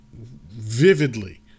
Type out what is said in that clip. vividly